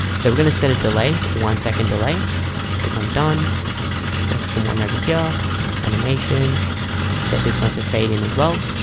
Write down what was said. so we're gonna set a delay one second delay click on done second one over here animation set this one to fade in as well.